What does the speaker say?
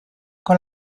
con